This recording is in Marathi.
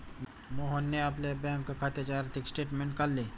मोहनने आपल्या बँक खात्याचे आर्थिक स्टेटमेंट काढले